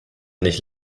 nicht